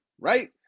right